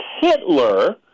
Hitler